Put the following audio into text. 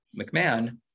McMahon